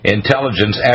Intelligence